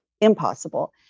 impossible